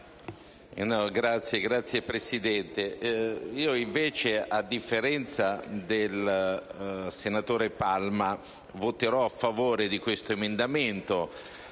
Signor Presidente, io invece, a differenza del senatore Palma, voterò a favore di questo emendamento,